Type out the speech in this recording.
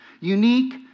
Unique